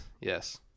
yes